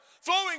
flowing